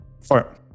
Four